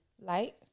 Light